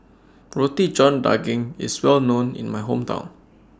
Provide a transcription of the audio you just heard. Roti John Daging IS Well known in My Hometown